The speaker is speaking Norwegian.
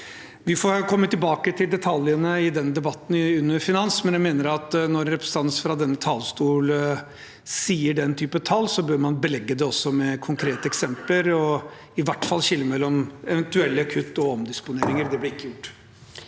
Vi får komme tilbake til detaljene i den debatten under finans. Men jeg mener at når en representant fra denne talerstol kommer med den type tall, bør man også belegge det med konkrete eksempler og i hvert fall skille mellom eventuelle kutt og omdisponeringer. Det ble ikke gjort.